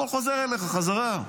הכול חוזר אליך בחזרה.